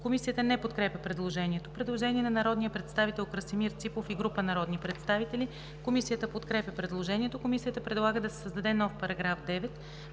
Комисията не подкрепя предложението. Предложение на народния представител Красимир Ципов и група народни представители. Комисията подкрепя предложението. Комисията предлага да се създаде нов § 9: „§ 9.